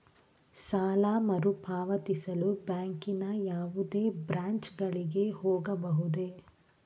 ಸಾಲ ಮರುಪಾವತಿಸಲು ಬ್ಯಾಂಕಿನ ಯಾವುದೇ ಬ್ರಾಂಚ್ ಗಳಿಗೆ ಹೋಗಬಹುದೇ?